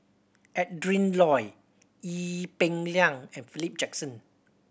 Adrin Loi Ee Peng Liang and Philip Jackson